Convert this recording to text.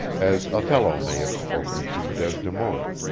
as othello may have spoken to desdemona,